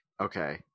Okay